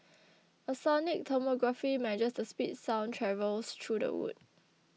a sonic tomography measures the speed sound travels through the wood